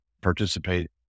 participate